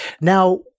now